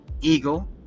Eagle